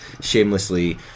shamelessly